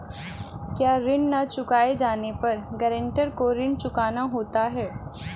क्या ऋण न चुकाए जाने पर गरेंटर को ऋण चुकाना होता है?